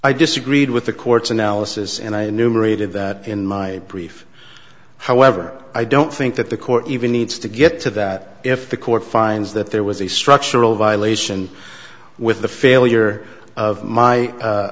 i disagreed with the court's analysis and i numerated that in my brief however i don't think that the court even needs to get to that if the court finds that there was a structural violation with the failure of my